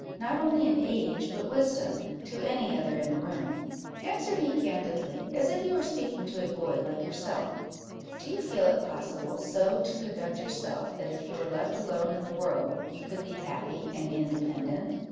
not only in age, but wisdom, to any other in the room answer me candidly, as if you were speaking to a boy like yourself do you feel it possible so to conduct yourself, that, if you were left alone in the world, you could be happy and independent?